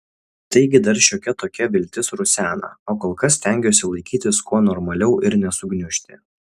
taigi dar šiokia tokia viltis rusena o kol kas stengiuosi laikytis kuo normaliau ir nesugniužti